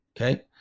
okay